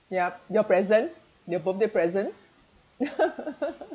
yup your present your birthday present